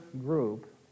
group